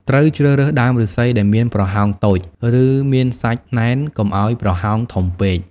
ត្រូវជ្រើសរើសដើមឫស្សីដែលមានប្រហោងតូច ឬមានសាច់ណែន កុំឲ្យប្រហោងធំពេក។